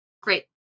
Great